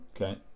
Okay